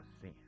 sin